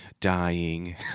dying